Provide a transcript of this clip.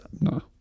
No